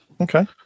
Okay